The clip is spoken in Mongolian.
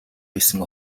байсан